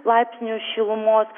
laipsnių šilumos